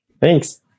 Thanks